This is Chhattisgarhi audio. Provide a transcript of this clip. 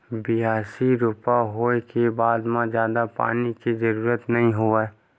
बियासी, रोपा होए के बाद म जादा पानी के जरूरत नइ होवय